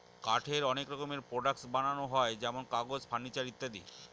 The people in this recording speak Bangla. কাঠের অনেক রকমের প্রডাক্টস বানানো হয় যেমন কাগজ, ফার্নিচার ইত্যাদি